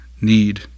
need